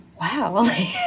wow